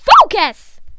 Focus